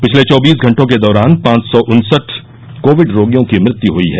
पिछले चाबीस घंटों के दौरान पांच सौ उनसठ कोविड रोगियों की मत्य हई है